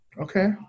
Okay